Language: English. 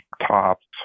tops